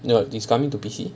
oh is coming to P_C